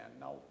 Now